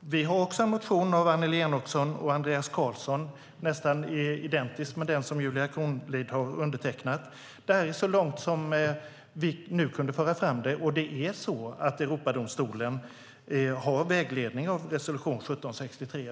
Vi har en motion av Annelie Enochson och Andreas Carlson som är nästan identisk med den som Julia Kronlid har undertecknat. Det här är så långt som vi nu har kunnat föra fram detta. Och det är så att Europadomstolen har vägledning av resolution 1763.